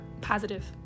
positive